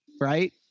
right